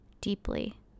deeply